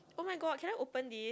oh my god can I open this